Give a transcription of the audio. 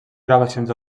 gravacions